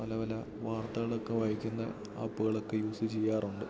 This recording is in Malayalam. പല പല വാർത്തകളൊക്കെ വായിക്കുന്ന ആപ്പുകളൊക്കെ യൂസ് ചെയ്യാറുണ്ട്